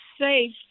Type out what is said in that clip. safe